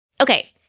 Okay